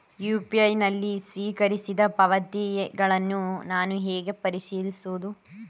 UPI ನಲ್ಲಿ ಸ್ವೀಕರಿಸಿದ ಪಾವತಿಗಳನ್ನು ನಾನು ಹೇಗೆ ಪರಿಶೀಲಿಸುವುದು?